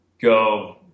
go